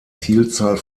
vielzahl